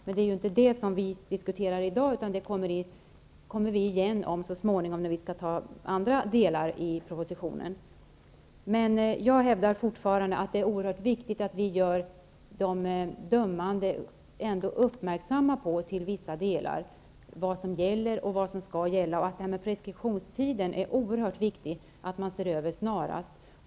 Men det är inte det som vi diskuterar i dag. Det kommer vi tillbaka till så småningom, när vi skall besluta om andra delar av propositionen. Jag hävdar fortfarande att det är oerhört viktigt att vi till vissa delar gör de dömande uppmärksamma på vad som gäller och vad som skall gälla. Preskriptionstiden är det oerhört viktigt att man ser över snarast.